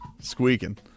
Squeaking